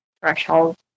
threshold